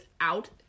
out